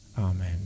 amen